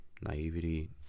naivety